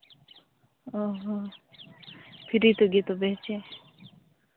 ᱚ ᱦᱚᱸ ᱯᱷᱨᱤ ᱛᱮᱜᱮ ᱛᱚᱵᱮ ᱪᱮ